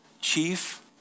Chief